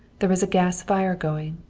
there was a gas fire going,